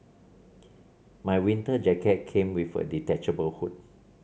my winter jacket came with a detachable hood